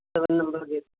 seven number gate